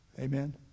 Amen